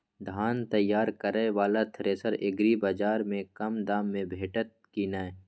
धान तैयार करय वाला थ्रेसर एग्रीबाजार में कम दाम में भेटत की नय?